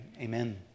Amen